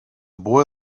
boy